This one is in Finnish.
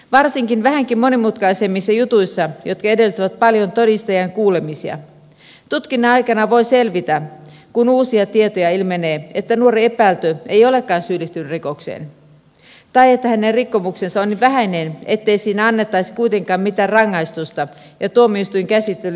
varsinkin vähänkin monimutkaisemmissa jutuissa jotka edellyttävät paljon todistajien kuulemisia tutkinnan aikana voi selvitä kun uusia tietoja ilmenee että nuori epäilty ei olekaan syyllistynyt rikokseen tai että hänen rikkomuksensa on niin vähäinen ettei siinä annettaisi kuitenkaan mitään rangaistusta ja tuomioistuinkäsittely jää sikseen